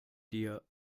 dir